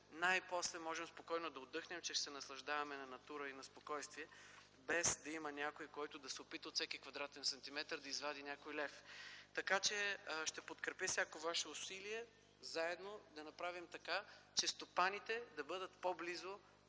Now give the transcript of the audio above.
най-после можем спокойно да отдъхнем, че ще се наслаждаваме на натура и на спокойствие, без да има някой, който да се опитва от всеки квадратен сантиметър да извади някой лев. Ще подкрепя всяко ваше усилие заедно да направим така, че стопаните да бъдат по-близо